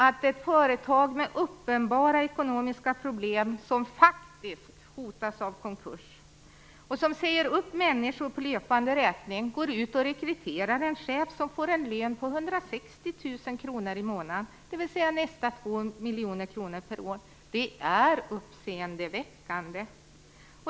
Att ett företag med uppenbara ekonomiska problem, som hotas av konkurs och som säger upp människor på löpande räkning går ut och rekryterar en chef som får en lön på 160 000 kr i månaden, dvs. nästan 2 miljoner kronor per år, är uppseendeväckande.